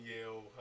Yale